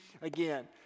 again